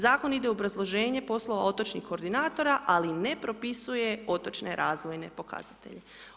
Zakon ide obrazloženje poslova otočnih koordinatora ali ne propisuje otočne razvojne pokazatelje.